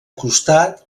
costat